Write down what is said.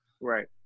right